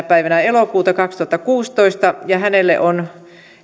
päivänä elokuuta kaksituhattakuusitoista ja hänelle on